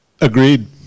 Agreed